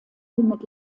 mit